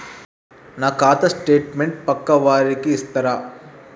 నా ఖాతా స్టేట్మెంట్ పక్కా వారికి ఇస్తరా?